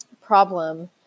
problem